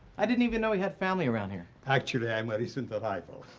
i didn't even know he had family around here. actually, i am a recent arrival.